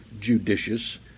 judicious